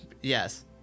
yes